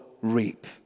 reap